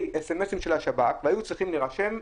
אס.אם.אסים של השב"כ והיו צריכים להירשם.